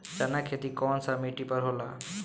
चन्ना के खेती कौन सा मिट्टी पर होला?